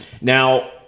now